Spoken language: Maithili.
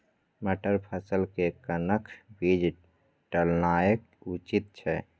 मटर फसल के कखन बीज डालनाय उचित छै?